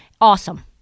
Awesome